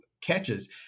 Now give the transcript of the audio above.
catches